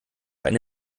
eine